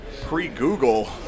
pre-Google